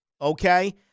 okay